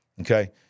Okay